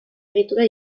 egitura